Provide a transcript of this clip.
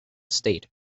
state